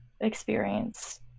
experience